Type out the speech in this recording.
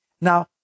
Now